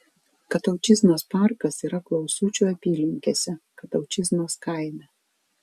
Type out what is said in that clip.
kataučiznos parkas yra klausučių apylinkėse kataučiznos kaime